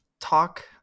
talk